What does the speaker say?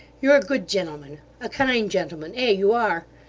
you're a good gentleman a kind gentleman ay, you are.